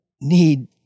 need